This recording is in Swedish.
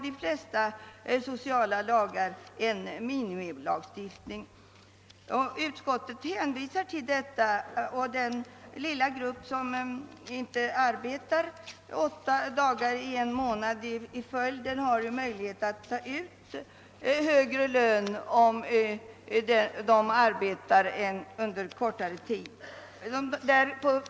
Utskottet hänvisar till detta, och den lilla grupp som inte arbetar åtta dagar i följd under en månad har möjlighet att ta ut en högre lön.